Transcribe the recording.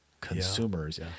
consumers